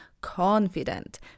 confident